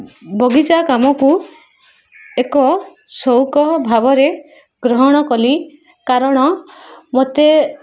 ବଗିଚା କାମକୁ ଏକ ସଉକ ଭାବରେ ଗ୍ରହଣ କଲି କାରଣ ମୋତେ